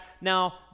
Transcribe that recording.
Now